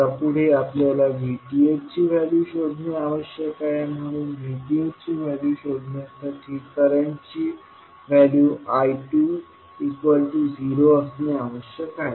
आता पुढे आपल्याला VThची व्हॅल्यू शोधणे आवश्यक आहे म्हणून VTh ची व्हॅल्यू शोधण्यासाठी करंटची व्हॅल्यू I20असणे आवश्यक आहे